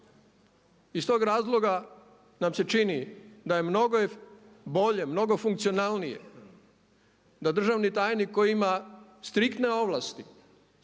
Iz tog razloga nam se čini da je mnogo bolje, mnogo funkcionalnije da državni tajnik koji ima striktne ovlasti